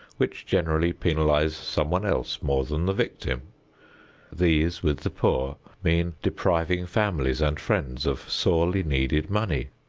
which generally penalize someone else more than the victim these with the poor mean depriving families and friends of sorely needed money,